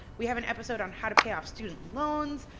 we have an episode on how to pay off student loans,